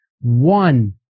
One